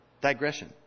digression